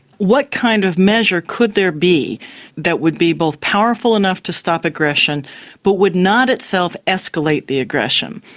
what kind of measure could there be that would be both powerful enough to stop aggression but would not itself escalate the aggression?